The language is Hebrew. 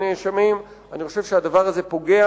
אני חושב שהדבר הזה פוגע